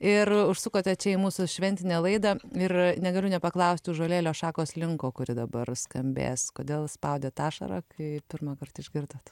ir užsukote čia į mūsų šventinę laidą ir negaliu nepaklausti ąžuolėlio šakos linko kuri dabar skambės kodėl spaudėt ašarą kai pirmąkart išgirdot